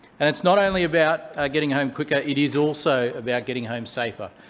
and it's not only about getting home quicker it is also about getting home safer.